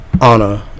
honor